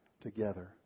together